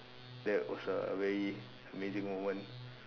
that was a very amazing moment